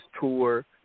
tour